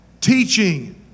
teaching